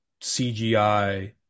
CGI